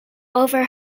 over